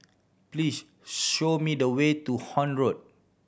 please show me the way to Horne Road